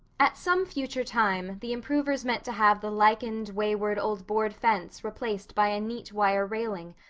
at some future time the improvers meant to have the lichened, wayward old board fence replaced by a neat wire railing,